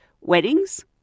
weddings